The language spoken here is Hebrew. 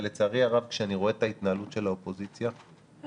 אבל לצערי הרב כשאני רואה את ההתנהלות של האופוזיציה אני